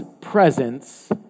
presence